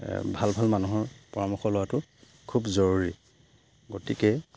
ভাল ভাল মানুহৰ পৰামৰ্শ লোৱাটো খুব জৰুৰী গতিকে